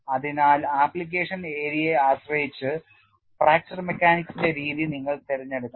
അതിനാൽ ആപ്ലിക്കേഷൻ ഏരിയയെ ആശ്രയിച്ച് ഫ്രാക്ചർ മെക്കാനിക്സിന്റെ രീതി നിങ്ങൾ തിരഞ്ഞെടുക്കണം